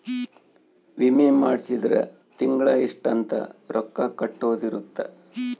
ವಿಮೆ ಮಾಡ್ಸಿದ್ರ ತಿಂಗಳ ಇಷ್ಟ ಅಂತ ರೊಕ್ಕ ಕಟ್ಟೊದ ಇರುತ್ತ